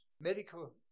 medical